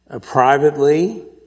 privately